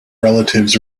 relatives